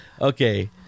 Okay